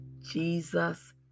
Jesus